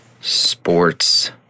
Sports